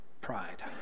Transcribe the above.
Pride